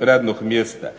radnog mjesta,